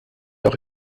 auch